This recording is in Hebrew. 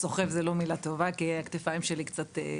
"סוחב" זה לא מילה טובה כי הכתפיים שלי קצת,